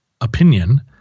opinion